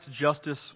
justice